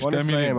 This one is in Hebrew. בוא נסיים,